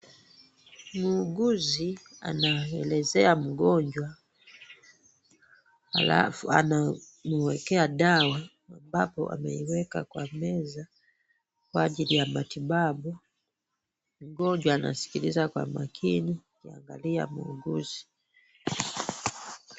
Muuguzi anaelezea mgonjwa alafu anaumuekea dawa ambapo ameweka kwa meza kwa ajili ya matibabu. Mgonjwa anamsikiliza kwa umakini akiangalia muuguzi.